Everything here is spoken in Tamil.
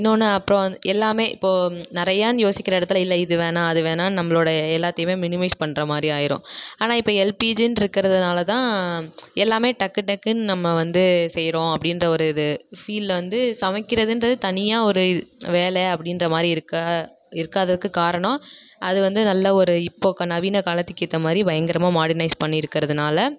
இன்னொன்று அப்புறம் எல்லாமே இப்போது நிறையான்னு யோசிக்கிற இடத்துல இல்லை இது வேணாம் அது வேணான்னு நம்மளுடைய எல்லாத்தையுமே மினிமைஸ் பண்ணுற மாதிரி ஆகிரும் ஆனால் இப்போ எல்பிஜின்ருக்கிறதுனாலதான் எல்லாமே டக்கு டக்குன்னு நம்ம வந்து செய்கிறோம் அப்படின்ற ஒரு இது ஃபீலில் வந்து சமைக்கிறதுகிறது தனியாக ஒரு வேலை அப்படின்ற மாதிரி இருக்கா இருக்காததுக்கு காரணம் அது வந்து நல்ல ஒரு இப்போ க நவீன காலத்துக்கு ஏற்ற மாதிரி பயங்கரமாக மாடினேட் பண்ணியிருக்குறதுனால